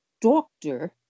doctor